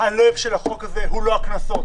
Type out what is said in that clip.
הלב של החוק הזה הוא לא הקנסות.